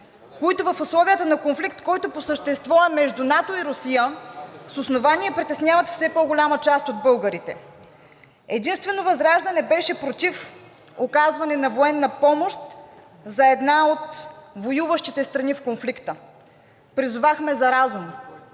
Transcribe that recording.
които в условията на конфликт, който по същество е между НАТО и Русия, с основание притесняват все по-голяма част от българите. Единствено ВЪЗРАЖДАНЕ беше против оказване на военна помощ за една от воюващите страни в конфликта. Призовахме за разум,